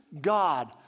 God